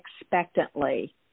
expectantly